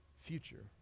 future